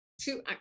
two